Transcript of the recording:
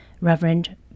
Reverend